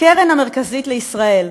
הקרן המרכזית לישראל,